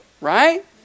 Right